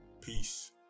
peace